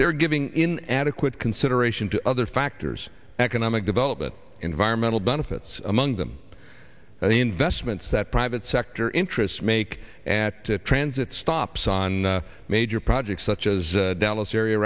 they're giving in adequate consideration to other factors economic development environmental benefits among them and the investments that private sector interests make at transit stops on major projects such as dallas area